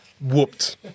whooped